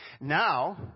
Now